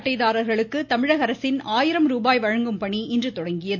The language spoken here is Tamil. அட்டைதாரர்களுக்கு தமிழக அரசின் ஆயிரம் ரூபாய் வழங்கும் பணி இன்று தொடங்கியது